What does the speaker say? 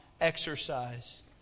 exercise